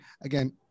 again